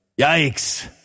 Yikes